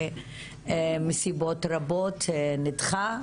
ומסיבות רבות נדחה.